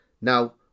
now